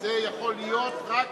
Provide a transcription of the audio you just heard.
גברתי היושבת-ראש, זה יכול להיות רק